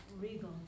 regal